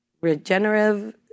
regenerative